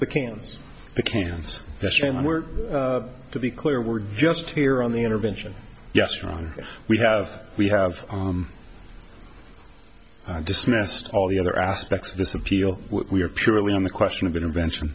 the cans the cans to be clear we're just here on the intervention yes john we have we have dismissed all the other aspects of this appeal we are purely on the question of intervention